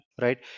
right